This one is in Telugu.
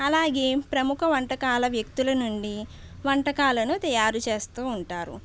అలాగే ప్రముఖ వంటకాల వ్యక్తుల నుండి వంటకాలను తయారు చేస్తూ ఉంటారు